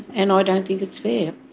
and i don't think it's fair.